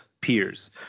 peers